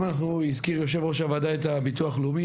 אם הזכיר יו"ר הוועדה את הביטוח הלאומי,